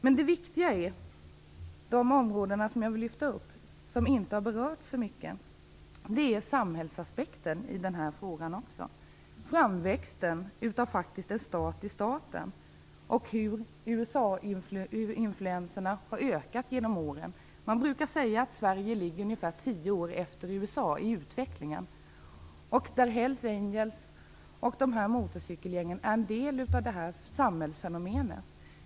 Men de områden jag vill lyfta fram, och som inte har berörts så mycket, är samhällsaspekterna. Detta handlar faktiskt om framväxten av en stat i staten och om hur USA-influenserna har ökat genom åren. Man brukar säga att Sverige ligger ungefär tio år efter USA i utvecklingen. Hells Angels och de andra motorcykelgängen är en del av detta samhällsfenomen.